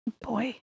Boy